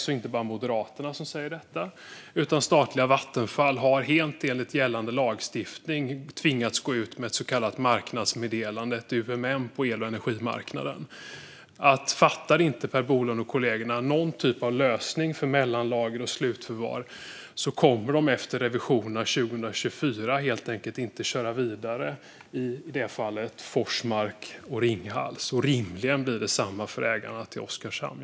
Det är inte bara Moderaterna som säger detta, utan statliga Vattenfall har helt enligt gällande lagstiftning tvingats att gå ut med ett så kallat marknadsmeddelande - ett UMM - på el och energimarknaden. Fattar inte Per Bolund och hans kollegor någon typ av beslut om mellanlager och slutförvar kommer de efter revisionen 2024 helt enkelt inte att köra vidare, i detta fall, Forsmark och Ringhals. Rimligen blir det detsamma för ägarna till Oskarshamn.